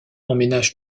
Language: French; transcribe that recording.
emménage